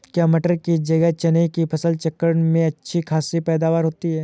क्या मटर की जगह चने की फसल चक्रण में अच्छी खासी पैदावार होती है?